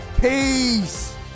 Peace